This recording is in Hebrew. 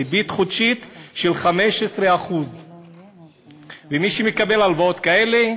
ריבית חודשית של 15%. ומי שמקבל הלוואות כאלה,